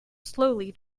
slowly